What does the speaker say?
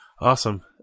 Awesome